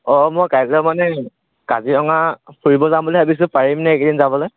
অ' অ' মই কাইলৈ মানে কাজিৰঙা ফুৰিব যাম বুলি ভাবিছো পাৰিমনে একেইদিন যাবলৈ